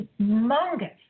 humongous